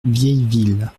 vieilleville